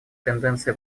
тенденция